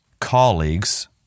colleagues